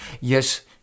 Yes